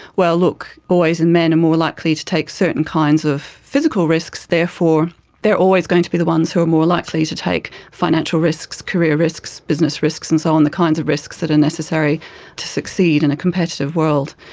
well look, boys and men are more likely to take certain kinds of physical risks, therefore they are always going to be the ones who are more likely to take financial risks, career risks, business risks and so on, the kinds of risks that are necessary to succeed in a competitive world.